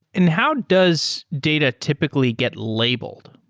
and how does data typically get labeled?